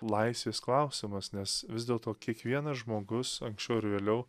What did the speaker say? laisvės klausimas nes vis dėlto kiekvienas žmogus anksčiau ar vėliau